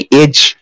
age